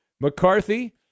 McCarthy